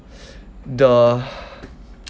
the